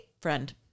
friend